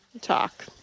talk